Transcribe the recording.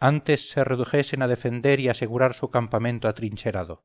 antes se redujesen a defender y asegurar su campamento atrincherado